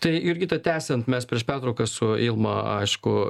tai jurgita tęsant mes prieš pertrauką su ilma aišku